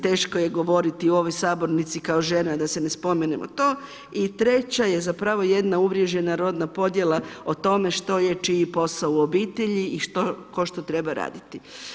Teško je govoriti u ovoj sabornici kao žena da se ne spomenemo toga i treća je zapravo jedna uvriježena rodna podjela o tome što je čiji posao u obitelji i što tko što treba raditi.